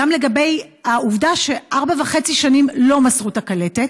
גם לגבי העובדה שארבע שנים וחצי לא מסרו את הקלטת,